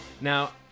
Now